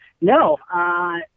No